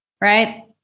Right